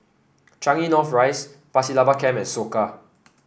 Changi North Rise Pasir Laba Camp and Soka